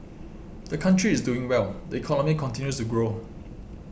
the country is doing well the economy continues to grow